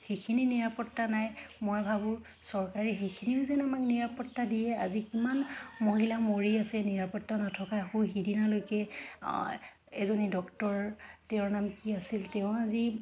সেইখিনি নিৰাপত্তা নাই মই ভাবোঁ চৰকাৰে সেইখিনিও যেন আমাক নিৰাপত্তা দিয়ে আজি কিমান মহিলা মৰি আছে নিৰাপত্তা নথকা সেই সিদিনালৈকে এজনী ডক্টৰ তেওঁৰ নাম কি আছিল তেওঁ আজি